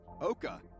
Oka